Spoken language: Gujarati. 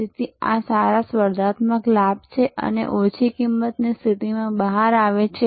તેથી આ સારા સ્પર્ધાત્મક લાભ છે જે ઓછી કિંમતની સ્થિતિમાંથી બહાર આવે છે